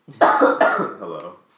Hello